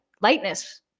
lightness